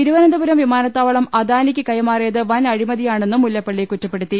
തിരുവനന്തപുരം വിമാനത്താവളം അദാനിക്ക് കൈമാറിയത് വൻ അഴിമതിയാണെന്നും മുല്ലപ്പള്ളി കുറ്റപ്പെടുത്തി